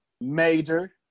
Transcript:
major